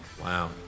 Wow